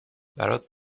برات